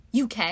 UK